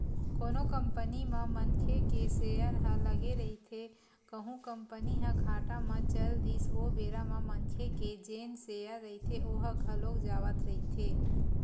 कोनो कंपनी म मनखे के सेयर ह लगे रहिथे कहूं कंपनी ह घाटा म चल दिस ओ बेरा म मनखे के जेन सेयर रहिथे ओहा घलोक जावत रहिथे